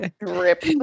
Rip